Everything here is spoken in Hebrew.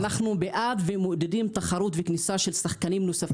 אנחנו בעד ומעודדים תחרות וכניסה של שחקנים נוספים בכל תחום.